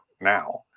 now